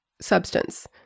substance